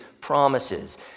promises